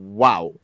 wow